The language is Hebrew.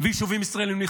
ונכבשים יישובים ישראלים.